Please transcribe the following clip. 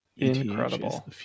Incredible